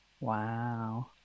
Wow